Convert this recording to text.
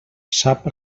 sap